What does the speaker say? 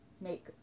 make